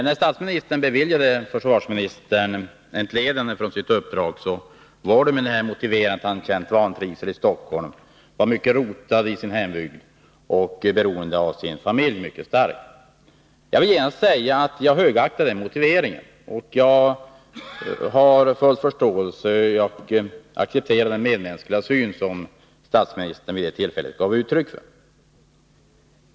När statsministern beviljade försvarsministern entledigande från sitt uppdrag, var det med motiveringen att försvarsministern känt vantrivsel i Stockholm, var djupt rotad i sin hembygd och starkt beroende av sin familj. Jag vill genast säga att jag respekterar den motiveringen och att jag har full förståelse för och accepterar den medmänskliga syn som statsministern vid det tillfället gav uttryck för.